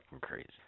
crazy